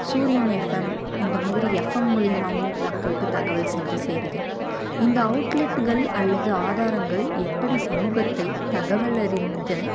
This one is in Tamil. சூரியன் ஃஎப்எம் இந்த மாதிரி ஃஎப்எம் மூலிமாவும் மக்களுக்கு தகவல் சென்று சேருது இந்த அவுட்லெட்டுகள் அல்லது ஆதாரங்கள் எப்படி சமூகத்தை தகவலறிந்த